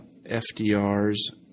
FDR's